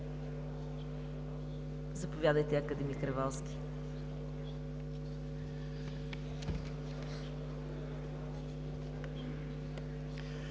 Заповядайте, академик Ревалски.